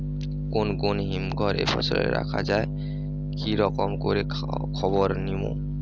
কুন কুন হিমঘর এ ফসল রাখা যায় কি রকম করে খবর নিমু?